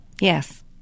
Yes